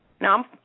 Now